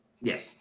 Yes